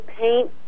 paint